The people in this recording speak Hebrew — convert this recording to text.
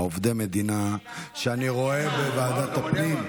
עובדי מדינה שאני רואה בוועדת הפנים,